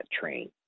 train